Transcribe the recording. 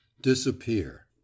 Disappear